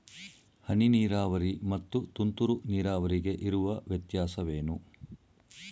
ಹನಿ ನೀರಾವರಿ ಮತ್ತು ತುಂತುರು ನೀರಾವರಿಗೆ ಇರುವ ವ್ಯತ್ಯಾಸವೇನು?